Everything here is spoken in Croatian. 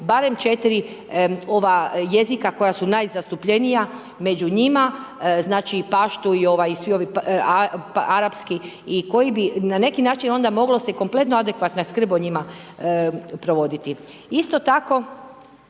barem 4 jezika koja su najzastupljenija među njima, znači i paštu i svi ovi arapski i koji bi na neki način onda kompletna adekvatna skrb o njima provoditi. Isto tako